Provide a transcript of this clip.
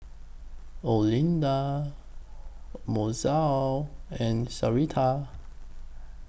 Olinda Mozelle and Sarita